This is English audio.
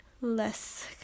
less